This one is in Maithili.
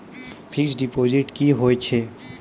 फिक्स्ड डिपोजिट की होय छै?